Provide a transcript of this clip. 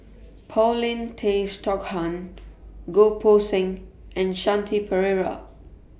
Paulin Tay Straughan Goh Poh Seng and Shanti Pereira